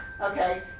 Okay